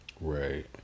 Right